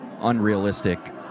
unrealistic